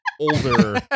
older